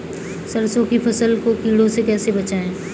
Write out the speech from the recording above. सरसों की फसल को कीड़ों से कैसे बचाएँ?